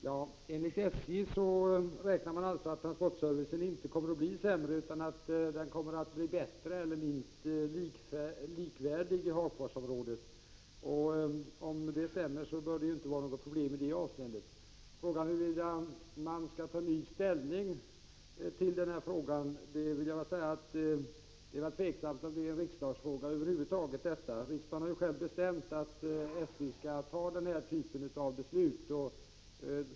Herr talman! SJ räknar med att transportservicen i Hagforsområdet inte kommer att bli sämre, utan bättre eller minst likvärdig. Om det stämmer, bör det inte vara något problem i serviceavseende att godsmagasinet har lagts ned. Bertil Jonasson undrade om jag kunde tänka mig att ta ny ställning till denna fråga. Det är tveksamt om detta över huvud taget är en riksdagsfråga. Riksdagen har själv bestämt att SJ skall fatta denna typ av beslut.